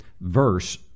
verse